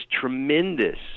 tremendous